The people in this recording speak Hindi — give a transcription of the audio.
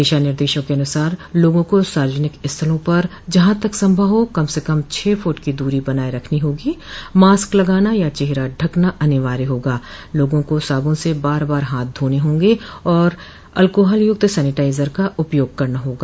दिशा निर्देशों के अनुसार लोगों को सार्वजनिक स्थलों पर जहां तक संभव हो कम से कम छह फूट की दूरी बनाए रखनी होगी मास्क लगाना या चेहरा ढकना अनिवार्य होगा लोगों को साबुन से बार बार हाथ धोने होंगे और अलकोहल युक्त सैनिटाइजर का उपयोग करना होगा